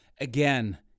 Again